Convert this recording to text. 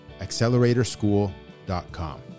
acceleratorschool.com